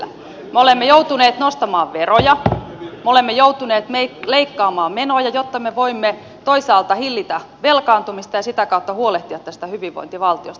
me olemme joutuneet nostamaan veroja me olemme joutuneet leikkaamaan menoja jotta me voimme toisaalta hillitä velkaantumista ja sitä kautta huolehtia tästä hyvinvointivaltiosta